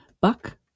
Buck